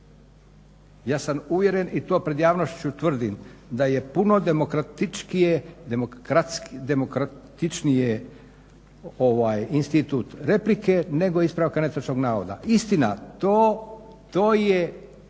Ja sam uvjeren i to pred javnošću tvrdim, da je puno demokratičnije, institut replike nego ispravka netočnog navoda. Istina, to je